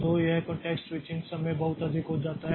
तो यह context switching समय बहुत अधिक हो जाता है